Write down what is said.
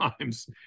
times